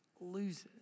loses